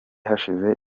hashize